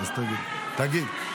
תגיד.